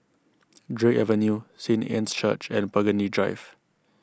Drake Avenue Saint Anne's Church and Burgundy Drive